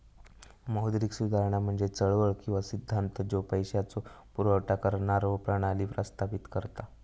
मौद्रिक सुधारणा म्हणजे चळवळ किंवा सिद्धांत ज्यो पैशाचो पुरवठा करणारो प्रणाली प्रस्तावित करता